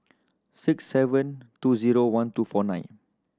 six seven two zero one two four nine